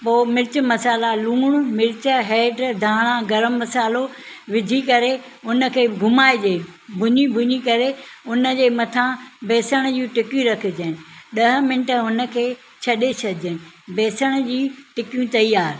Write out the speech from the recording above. पोइ मिर्चु मसाला लूणु मिर्चु हैड धाणा गर्म मसालो विझी करे उन खे घुमाइजे भुञी भुञी करे उन जे मथां बेसण जूं टिकियूं रखिजनि ॾह मिंट हुन खे छॾे छॾिजनि बेसण जी टिकियूं तयारु